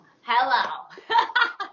hello